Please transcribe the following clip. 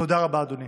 תודה רבה, אדוני.